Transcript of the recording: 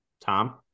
Tom